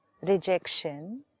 rejection